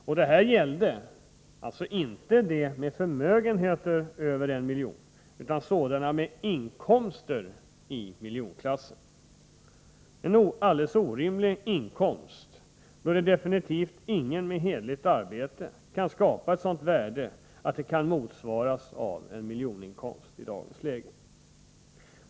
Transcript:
Och detta gällde inte personer med förmögenheter över 1 miljon utan sådana med inkomster i miljonklassen — en alldeles orimlig inkomst, då absolut ingen med hederligt arbete kan skapa ett sådant värde att det i dagens läge motsvaras av en miljoninkomst.